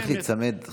צריך להיצמד,